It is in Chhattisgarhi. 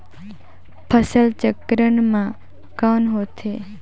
फसल चक्रण मा कौन होथे?